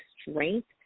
strength